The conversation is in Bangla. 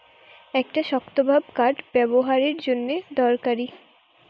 একটা শক্তভাব কাঠ ব্যাবোহারের জন্যে দরকারি